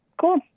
Cool